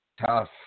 tough